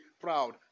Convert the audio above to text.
proud